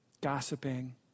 gossiping